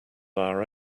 our